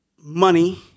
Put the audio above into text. money